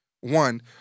One